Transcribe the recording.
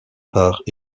part